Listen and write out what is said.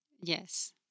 Yes